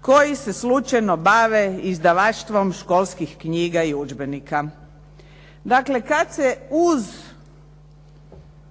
koji se slučajno bave izdavaštvom školskih knjiga i udžbenika. Dakle, kada se uz